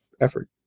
effort